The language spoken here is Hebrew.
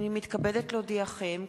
הנני מתכבדת להודיעכם,